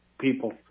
people